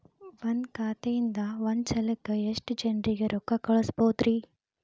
ಒಂದ್ ಖಾತೆಯಿಂದ, ಒಂದ್ ಸಲಕ್ಕ ಎಷ್ಟ ಜನರಿಗೆ ರೊಕ್ಕ ಕಳಸಬಹುದ್ರಿ?